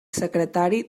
secretari